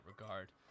regard